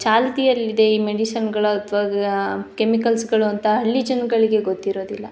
ಚಾಲ್ತಿಯಲ್ಲಿದೆ ಈ ಮೆಡಿಸನ್ಗಳು ಅಥ್ವಾ ಕೆಮಿಕಲ್ಸ್ಗಳು ಅಂತ ಹಳ್ಳಿ ಜನಗಳಿಗೆ ಗೊತ್ತಿರೋದಿಲ್ಲ